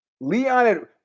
Leon